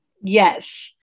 Yes